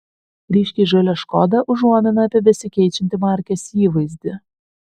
ryškiai žalia škoda užuomina apie besikeičiantį markės įvaizdį